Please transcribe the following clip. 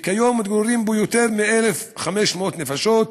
וכיום מתגוררות בו יותר מ-1,500 נפשות.